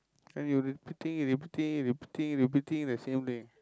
then you repeating you repeating you repeating you repeating the same thing